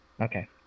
Okay